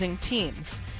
teams